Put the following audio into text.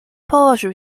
położył